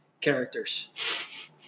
characters